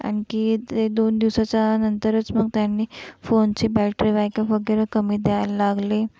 आणखी ते दोन दिवसाच्या नंतरच मग त्यांनी फोनची बॅटरी बॅकप वगैरे कमी द्यायला लागली